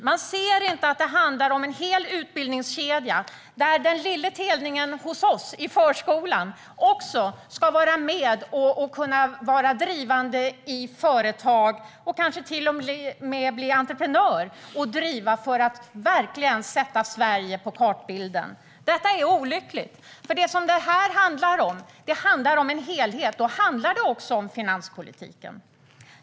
Man ser inte att det handlar om en hel utbildningskedja, där den lille telningen hos oss i förskolan också ska vara med och kunna vara drivande i företag och kanske till och med bli entreprenör och drivande för att verkligen sätta Sverige på kartan. Detta är olyckligt. Vad det här handlar om är en helhet. Då handlar det också om finanspolitiken.